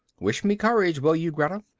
wish me courage, will you greta?